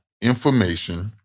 information